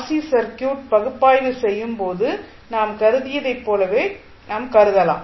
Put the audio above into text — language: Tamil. சி சர்க்யூட் பகுப்பாய்வு செய்யும் போது நாம் கருதியதைப் போலவே நாம் கருதலாம்